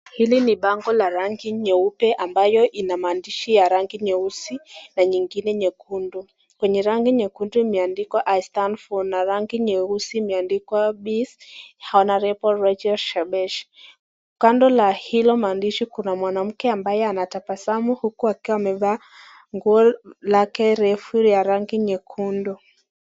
Hili ni bango la rangi nyeupe na ambayo ina maandishi ya rangi nyeusi na nyekundu. Kwenye rangi nyekundu imeandikwa, I stand for na kwenye rangi nyeusi imeandikwa Peace honorable Rachel Shebesh. Kando ya hiyo maandishi kuna mwanamke ambaye anatabasamu huku akiwa amevaa nguo lake la rangi nyekundu.